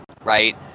right